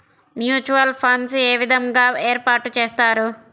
Mutual funds ఏ విధంగా ఏర్పాటు చేస్తారు?